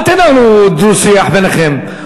אל תנהלו דו-שיח ביניכם.